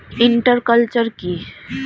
Inter culture কি?